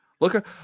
Look